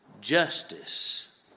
justice